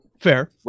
Fair